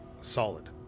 solid